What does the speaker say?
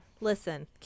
Listen